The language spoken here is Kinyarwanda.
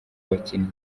bakinnyi